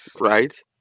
Right